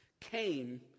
came